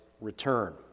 return